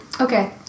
Okay